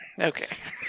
Okay